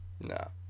No